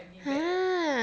!huh!